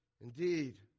Indeed